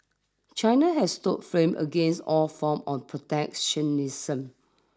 China has stood firm against all form of protectionism